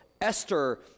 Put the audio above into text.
Esther